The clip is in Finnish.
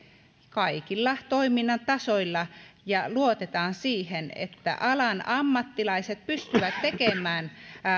kaikilla toiminnan tasoilla ja luotetaan siihen että alan ammattilaiset pystyvät tekemään